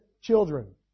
children